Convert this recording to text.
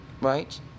right